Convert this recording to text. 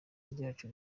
ryacu